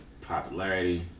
popularity